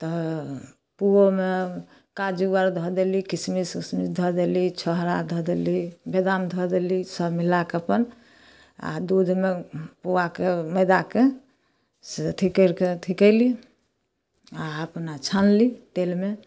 तऽ पूओमे काजू आर धऽ देली किशमिश उसमिश धऽ देली छोहारा धऽ देली बदाम धऽ देली सब मिला कऽ अपन आ दूधमे पूआके मैदाके से अथी करिके अथी कैली आ अपना छनली तेलमे